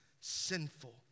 sinful